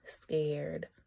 scared